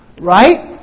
Right